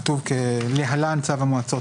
כתוב: להלן צו המועצות.